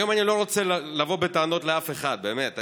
היום אני לא רוצה לבוא בטענות לאף אחד, באמת.